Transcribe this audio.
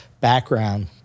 background